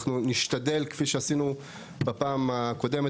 אנחנו נשתדל, כפי שעשינו בפעם הקודמת.